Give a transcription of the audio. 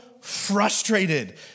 frustrated